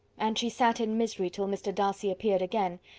and she sat in misery till mr. darcy appeared again,